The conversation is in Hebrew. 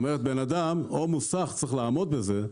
כלומר אדם או מוסך צריך לעמוד בזה.